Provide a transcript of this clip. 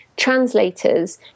translators